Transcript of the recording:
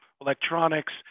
electronics